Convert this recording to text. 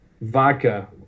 vodka